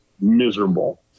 miserable